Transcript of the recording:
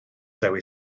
dewi